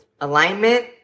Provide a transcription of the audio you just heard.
Alignment